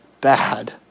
bad